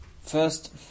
first